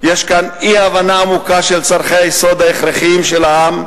יש כאן אי-הבנה עמוקה של צורכי היסוד ההכרחיים של העם,